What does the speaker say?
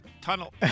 tunnel